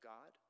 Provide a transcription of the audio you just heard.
God